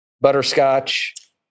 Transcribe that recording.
butterscotch